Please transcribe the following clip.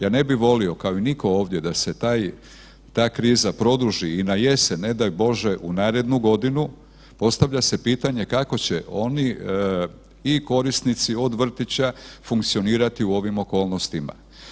Ja ne bih volio kao i nitko ovdje da se ta kriza produži i na jesen ne daj Bože u narednu godinu, postavlja se pitanje kako će oni i korisnici od vrtića funkcionirati u ovim okolnostima.